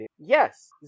Yes